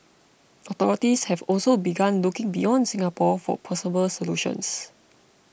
authorities have also begun looking beyond Singapore for possible solutions